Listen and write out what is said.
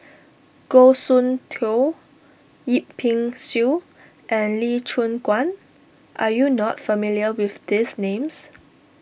Goh Soon Tioe Yip Pin Xiu and Lee Choon Guan are you not familiar with these names